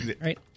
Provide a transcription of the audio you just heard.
right